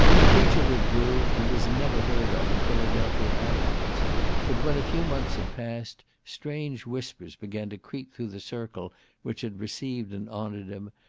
the preacher withdrew, and was never heard of in philadelphia afterwards but when a few months had passed, strange whispers began to creep through the circle which had received and honoured him,